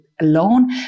alone